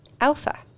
Alpha